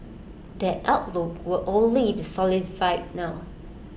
that outlook will only be solidified now